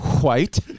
white